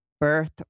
birth